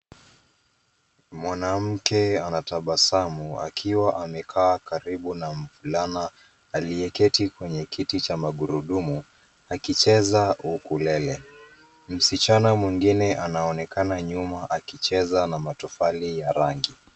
Mwanamke anatabasamu, akiwa amekaa karibu na mvulana aliye keti kwenye kiti cha magurudumu, akicheza ukulele. Msichana mwingine anaonekana nyuma akicheza na matofali ya rangi.